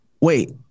wait